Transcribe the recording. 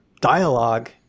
dialogue